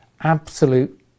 absolute